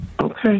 Okay